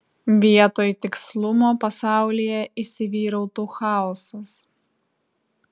vietoj tikslumo pasaulyje įsivyrautų chaosas